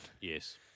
Yes